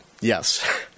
yes